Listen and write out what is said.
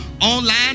online